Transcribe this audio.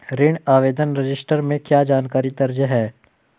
ऋण आवेदन रजिस्टर में क्या जानकारी दर्ज है?